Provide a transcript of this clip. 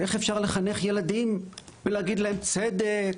איך אפשר לחנך ילדים ולהגיד להם, צדק,